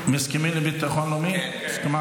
הצבעה מס' 12